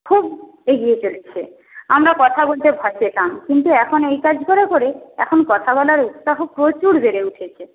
খুব এগিয়ে চলেছে আমরা কথা বলতে ভয় পেতাম কিন্তু এখন এই কাজ করার পরে এখন কথা বলার উৎসাহ প্রচুর বেড়ে উঠেছে